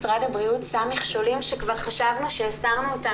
משרד הבריאות שם מכשולים שכבר חשבנו שהסרנו אותם,